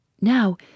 Now